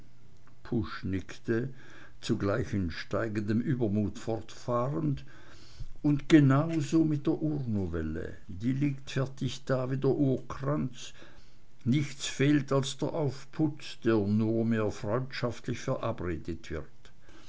pusch nickte zugleich in steigendem übermut fortfahrend und genauso mit der urnovelle die liegt fertig da wie der urkranz nichts fehlt als der aufputz der nunmehr freundschaftlich verabredet wird